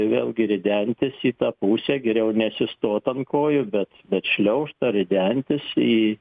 vėlgi ridentis į tą pusę geriau nesistot ant kojų bet bet šliaužt ar ridentis į